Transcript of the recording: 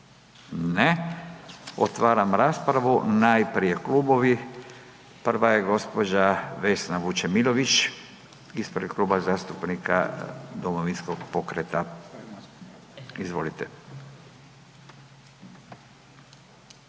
Ne. Otvaram raspravu. Najprije klubovi. Prva je gđa. Vesna Vučemilović ispred Kluba zastupnika Domovinskog pokreta. Izvolite.